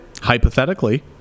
Hypothetically